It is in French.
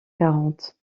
quarante